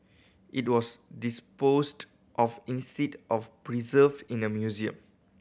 it was disposed of in seed of preserved in a museum